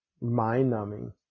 mind-numbing